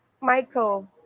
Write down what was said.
michael